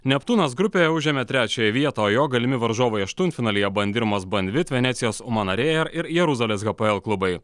neptūnas grupėje užėmė trečiąją vietą o jo galimi varžovai aštuntfinalyje bandirmos banvit venecijos umana reyer ir jeruzalės hapoel klubai